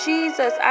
Jesus